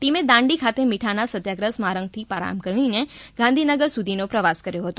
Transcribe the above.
ટીમે દાંડી ખાતે મીઠાના સત્યાગ્રહ સ્મારકથી પ્રારંભ કરીને ગાંધીનગર સુધીનો પ્રવાસ કર્યો હતો